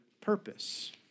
purpose